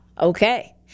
Okay